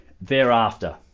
thereafter